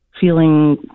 feeling